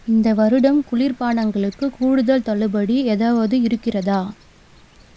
இந்த வருடம் குளிர் பானங்களுக்கு கூடுதல் தள்ளுபடி ஏதாவது இருக்கிறதா